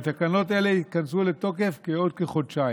ותקנות אלה ייכנסו לתוקף בעוד כחודשיים.